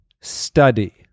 study